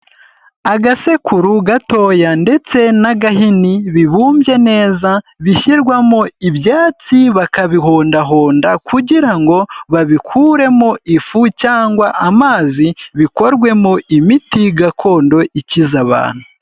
Agasekuru gatoya ndetse n'agahini bibumbye neza, bishyirwamo ibyatsi bakabihondahonda kugira ngo babikuremo ifu cyangwa amazi bikorwemo imiti gakondo ikiza abantu.